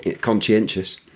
conscientious